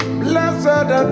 blessed